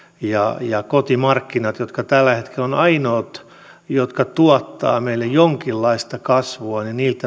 ja ja kotimarkkinoilta jotka tällä hetkellä ovat ainoat jotka tuottavat meille jonkinlaista kasvua